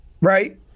Right